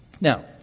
Now